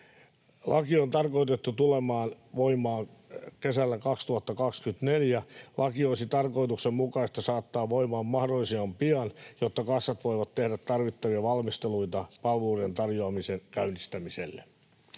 Laki on tarkoitettu tulemaan voimaan kesällä 2024. Laki olisi tarkoituksenmukaista saattaa voimaan mahdollisimman pian, jotta kassat voivat tehdä tarvittavia valmisteluita palveluiden tarjoamisen käynnistämiselle.